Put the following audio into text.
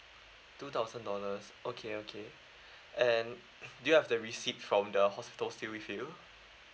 two thousand dollars okay okay and do you have the receipt from the hospital still with you